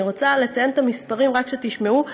אני רוצה לציין את המספרים, רק שתשמעו: